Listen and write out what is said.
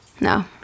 No